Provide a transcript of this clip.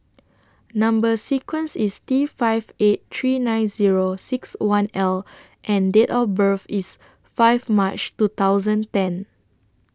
Number sequence IS T five eight three nine Zero six one L and Date of birth IS five March two thousand ten